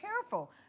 careful